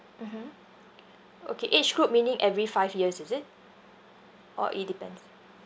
mmhmm okay age group meaning every five years is it or it depends